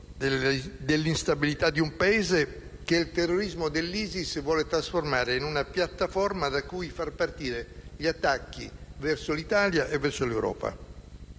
dell'instabilità di un Paese, che il terrorismo dell'ISIS vuole trasformare in una piattaforma, da cui far partire gli attacchi verso l'Italia e verso l'Europa.